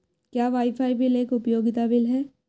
क्या wifi bill एक उपयोगिता बिल है?